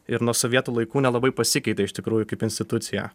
ir nuo sovietų laikų nelabai pasikeitė iš tikrųjų kaip institucija